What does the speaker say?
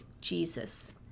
Jesus